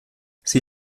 sie